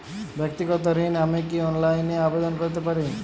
ব্যাক্তিগত ঋণ আমি কি অনলাইন এ আবেদন করতে পারি?